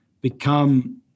become